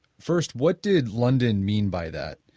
first, what did london mean by that?